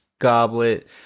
goblet